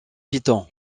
piton